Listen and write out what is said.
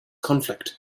conflict